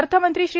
अर्थमंत्री श्री